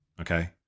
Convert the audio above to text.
okay